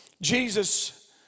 Jesus